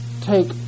take